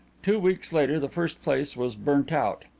two weeks later the first place was burnt out.